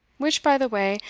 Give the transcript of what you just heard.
which, by the way,